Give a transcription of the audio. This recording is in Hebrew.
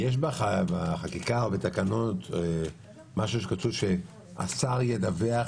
כתוב בחקיקה או בתקנות שהשר ידווח